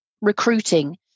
recruiting